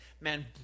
man